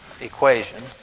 equation